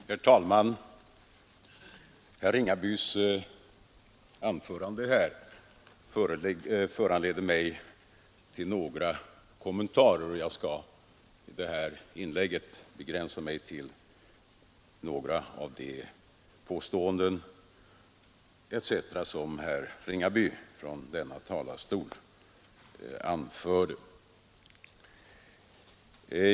Herr talman! Herr Ringabys anförande föranleder mig till några kommentarer och jag skall i det här inlägget begränsa mig till några av de påståenden som herr Ringaby anförde från denna talarstol.